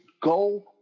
go